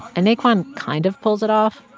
and naquan kind of pulls it off.